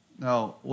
Now